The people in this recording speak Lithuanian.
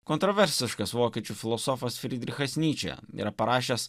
kontroversiškas vokiečių filosofas frydrichas nyčė yra parašęs